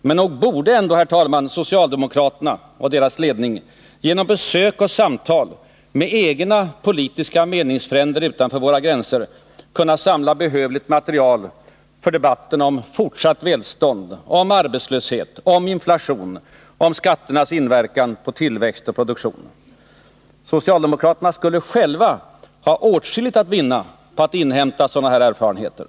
Men nog borde, herr talman, socialdemokraterna och deras ledning genom besök och samtal med egna politiska meningsfränder utanför våra gränser kunna samla behövligt material för debatten om fortsatt välstånd, om arbetslöshet, om inflation, om skatternas inverkan på tillväxt och produktion. Socialdemokraterna skulle själva ha åtskilligt att vinna på att inhämta sådana erfarenheter.